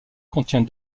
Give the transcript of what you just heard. contient